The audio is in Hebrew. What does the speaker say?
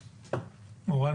מורן,